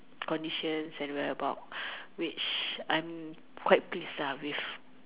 conditions and whereabout which I'm quite pleased lah with